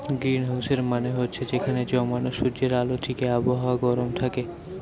গ্রীনহাউসের মানে হচ্ছে যেখানে জমানা সূর্যের আলো থিকে আবহাওয়া গরম থাকে